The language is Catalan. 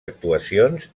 actuacions